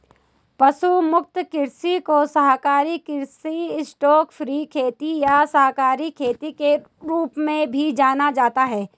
पशु मुक्त कृषि को शाकाहारी कृषि स्टॉकफ्री खेती या शाकाहारी खेती के रूप में भी जाना जाता है